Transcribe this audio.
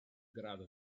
grado